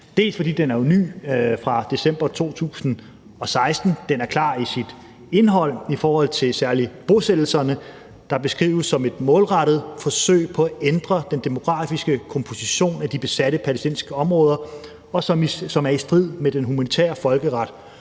er ny – den er fra december 2016 – og den er klar i sit indhold i forhold til særlig bosættelserne, som beskrives som et målrettet forsøg på at ændre den demografiske komposition af de besatte palæstinensiske områder, og som er i strid med den humanitære folkeret.